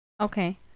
Okay